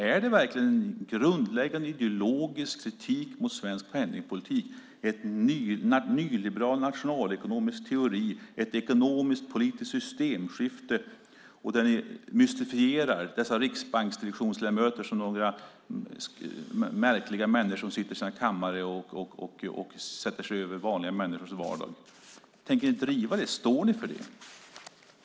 Är det verkligen en grundläggande ideologisk kritik mot svensk penningpolitik detta med en nyliberal nationalekonomisk teori, ett ekonomiskpolitiskt systemskifte och er mystifiering av några Riksbanksdelegationsledamöter som några märkliga människor som sitter i sina kammare och sätter sig över vanliga människors vardag? Tänker ni driva det? Står ni för det?